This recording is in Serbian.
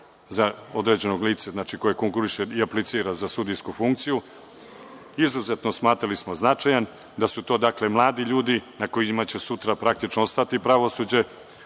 za određeno lice, koje konkuriše i aplicira za sudijsku funkciju, izuzetno, smatrali smo, značajan, da su to mladi ljudi na kojima će sutra praktično ostati pravosuđe,